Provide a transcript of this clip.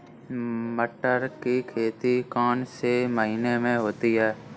मटर की खेती कौन से महीने में होती है?